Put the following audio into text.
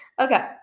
Okay